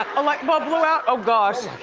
a light bulb blew out? oh gosh.